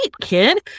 kid